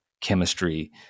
chemistry